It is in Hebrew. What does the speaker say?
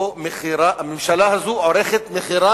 הממשלה הזו עורכת מכירה